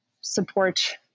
support